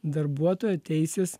darbuotojo teisės